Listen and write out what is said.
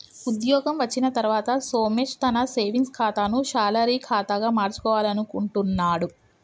ఉద్యోగం వచ్చిన తర్వాత సోమేష్ తన సేవింగ్స్ ఖాతాను శాలరీ ఖాతాగా మార్చుకోవాలనుకుంటున్నడు